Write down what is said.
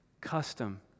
Custom